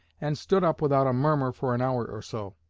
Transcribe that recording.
and stood up without a murmur for an hour or so.